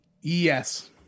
Yes